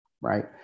Right